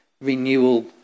renewal